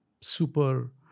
super